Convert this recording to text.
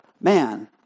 man